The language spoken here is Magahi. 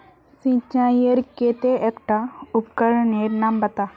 सिंचाईर केते एकटा उपकरनेर नाम बता?